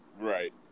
Right